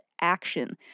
action